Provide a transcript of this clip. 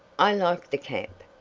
i like the cap,